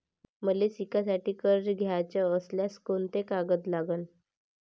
मले शिकासाठी कर्ज घ्याचं असल्यास कोंते कागद लागन?